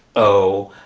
oh,